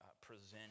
present